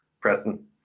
Preston